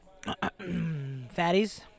fatties